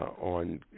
On